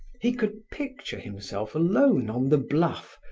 he could picture himself alone on the bluff,